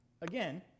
Again